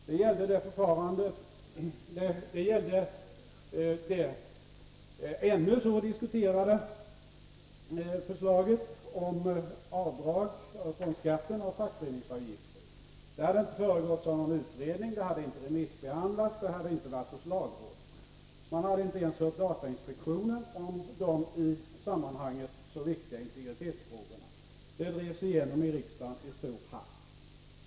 Det gällde det fortfarande så omdiskuterade förslaget om avdrag från skatten för fackföreningsavgifter. Det hade inte föregåtts av någon utredning, det hade inte remissbehandlats, och det hade inte varit hos lagrådet. Man hade inte ens hört datainspektionen om de i sammanhanget så viktiga integritetsfrågor na. Förslaget drevs igenom i riksdagen i stor hast.